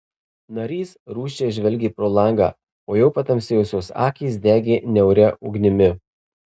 narys rūsčiai žvelgė pro langą o jo patamsėjusios akys degė niauria ugnimi